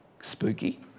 spooky